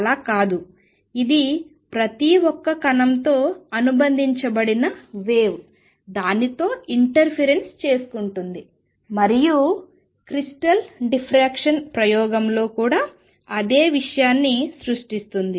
అలా కాదు ఇది ప్రతి ఒక్క కణంతో అనుబంధించబడిన వేవ్ దానితో ఇంటర్ఫిరెన్స్ చేసుకుంటుంది మరియు క్రిస్టల్ డిఫ్రాక్షన్ ప్రయోగంలో కూడా అదే విషయాన్ని సృష్టిస్తుంది